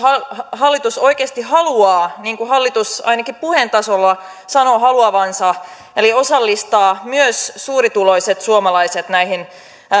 hallitus oikeasti haluaa niin kuin hallitus ainakin puheen tasolla sanoo haluavansa osallistaa myös suurituloiset suomalaiset näihin